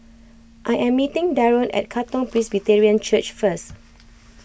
I am meeting Daron at Katong Presbyterian Church first